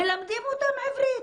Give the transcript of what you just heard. מלמדים אותם עברית.